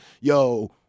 yo